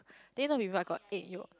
then you know bibimbap got egg yolk